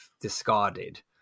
discarded